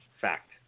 Fact